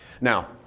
Now